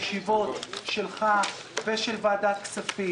אילולא ההתערבות שלך והישיבות שלך ושל ועדת הכספים